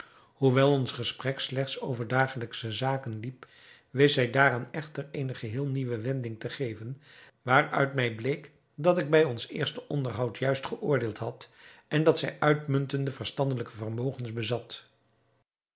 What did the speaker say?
hoewel ons gesprek slechts over dagelijksche zaken liep wist zij daaraan echter eene geheel nieuwe wending te geven waaruit mij bleek dat ik bij ons eerste onderhoud juist geoordeeld had en dat zij uitmuntende verstandelijke vermogens bezat